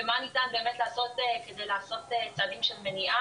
ומה ניתן באמת לעשות כדי לעשות צעדים של מניעה,